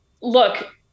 look